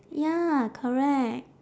ya correct